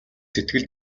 сэтгэл